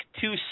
two